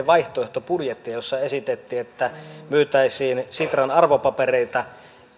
vaihtoehtobudjettia jossa esitettiin että myytäisiin sitran arvopapereita